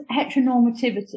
heteronormativity